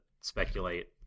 speculate